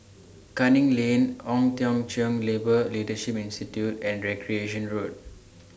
Canning Lane Ong Teng Cheong Labour Leadership Institute and Recreation Road